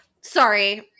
Sorry